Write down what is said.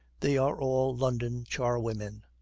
they are all london charwomen,